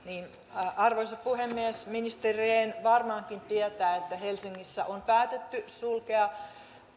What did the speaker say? arvoisa puhemies ministeri rehn varmaankin tietää että helsingissä on päätetty sulkea